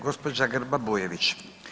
Gđa. Grba Bujević.